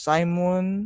Simon